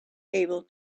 able